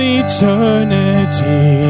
eternity